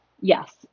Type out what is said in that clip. Yes